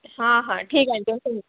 हां हां ठीक आहे